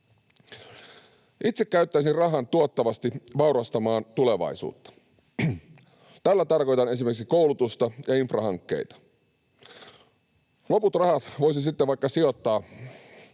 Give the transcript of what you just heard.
Itse käyttäisin rahan tuottavasti vaurastamaan tulevaisuutta. Tällä tarkoitan esimerkiksi koulutusta ja infrahankkeita. Loput rahat voisi sitten vaikka sijoittaa